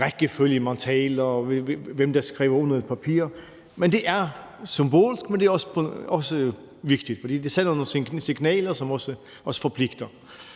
rækkefølge man taler i, og hvem der skriver nogle papirer, og det er symbolsk, men det er også vigtigt, fordi det sender nogle signaler, som også forpligter.